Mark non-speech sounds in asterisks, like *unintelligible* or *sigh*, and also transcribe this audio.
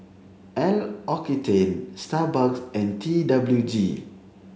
*unintelligible* Starbucks and T W G